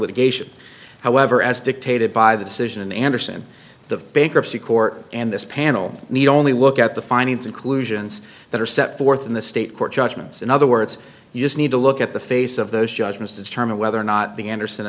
litigation however as dictated by the decision in andersen the bankruptcy court and this panel need only look at the findings inclusions that are set forth in the state court judgments in other words you just need to look at the face of those judgments to determine whether or not the enders